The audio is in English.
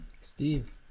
Steve